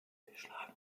schlagen